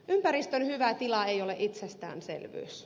ympäristön hyvä tila ei ole itsestäänselvyys